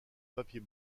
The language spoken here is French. papier